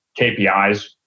KPIs